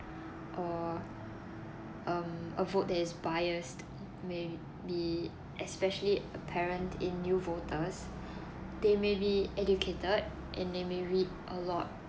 uh um a vote that is biased may be especially apparent in new voters they may be educated and they may read a lot